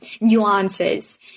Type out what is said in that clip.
nuances